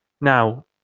now